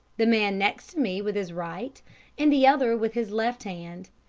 the man next me with his right and the other with his left hand,